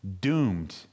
doomed